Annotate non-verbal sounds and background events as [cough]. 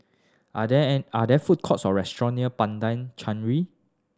are there [hesitation] food courts or restaurants near Padang Chancery